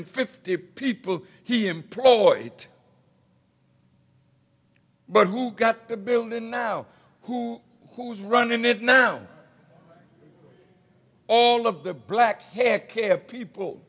hundred fifty people he employed but who got the building now who who's running it now all of the black hair care people